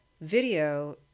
video